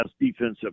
defensive